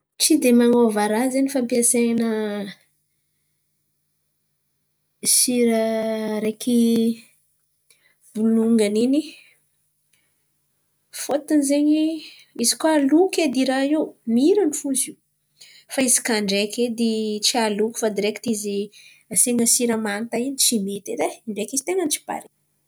Tsy dia, manôva raha zen̈y fampiasaina sira araiky bolongan̈y in̈y fôton̈y zen̈y izy koa aloky edy raha io, miran̈y fo izy io. Fa izy kà ndraiky edy tsy aloky fa direkty asian̈a sira manta in̈y tsy mety edy ai, in̈y ndraiky izy ten̈any tsy pare.